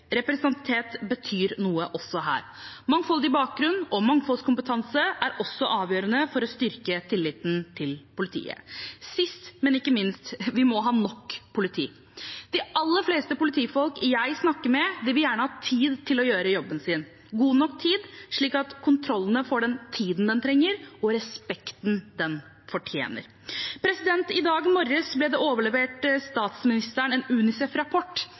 betyr noe også her. Mangfoldig bakgrunn og mangfoldskompetanse er også avgjørende for å styrke tilliten til politiet. Sist, men ikke minst: Vi må ha nok politi. De aller fleste politifolk jeg snakker med, vil gjerne ha tid – god nok tid – til å gjøre jobben sin. De må få den tiden de trenger til kontrollen, med den respekten kontrollen fortjener. I dag morges ble det overlevert statsministeren en